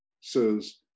says